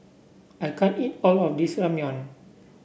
I can't eat all of this Ramyeon